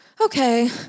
Okay